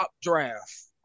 draft